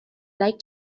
like